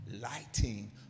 lighting